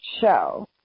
show